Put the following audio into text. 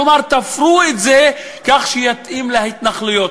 כלומר, תפרו את זה כך שזה יתאים להתנחלויות.